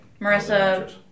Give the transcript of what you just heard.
Marissa